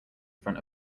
front